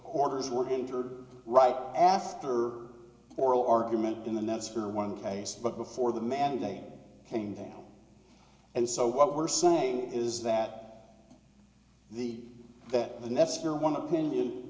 orders were hindered right after oral argument in the nets for one case but before them and they came down and so what we're saying is that the that the next year one opinion